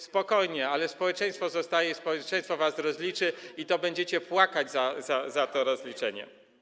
Spokojnie, ale społeczeństwo zostaje i społeczeństwo was rozliczy, i będziecie płakać za to rozliczenie.